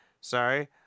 Sorry